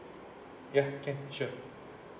ya can sure